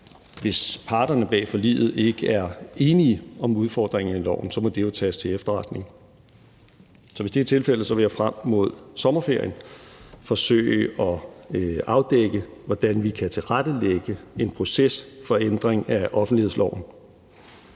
hvis parterne bag forliget ikke er enige om udfordringerne i loven, må det tages til efterretning. Så hvis det er tilfældet, vil jeg frem mod sommerferien forsøge at afdække, hvordan vi kan tilrettelægge en proces for ændring af offentlighedsloven.